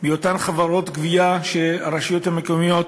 מאותן חברות גבייה שהרשויות המקומיות